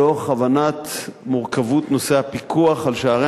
מתוך הבנת המורכבות של נושא הפיקוח על שערי